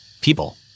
people